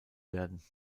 werden